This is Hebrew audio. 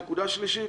הנקודה השלישית,